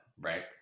right